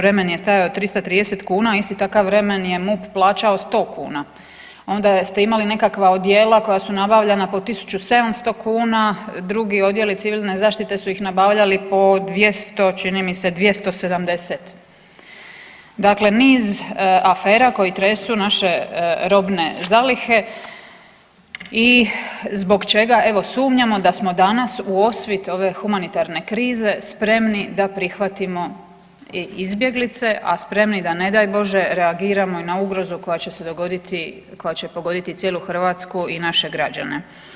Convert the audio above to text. Remen je stajao 330 kuna, a isti takav remen je MUP plaćao 100 kuna, onda ste imali nekakva odjela koja su nabavljana po 1.700 kuna, drugi odjeli civilne zaštite su ih nabavljali po čini mi se 270, dakle niz afera koji tresu naše robne zalihe i zbog čega evo sumnjamo da smo danas u osvit ove humanitarne krize spremni da prihvatimo i izbjeglice, a spremni da ne daj Bože reagiramo i na ugrozu koja će se dogoditi i koja će pogoditi cijelu Hrvatsku i naše građane.